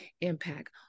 impact